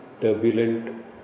turbulent